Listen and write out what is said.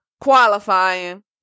qualifying